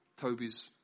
Toby's